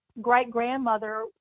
great-grandmother